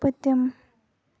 پٔتِم